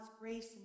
grace